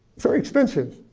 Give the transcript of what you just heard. very expensive.